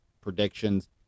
predictions